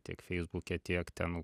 tiek feisbuke tiek ten